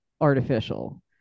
artificial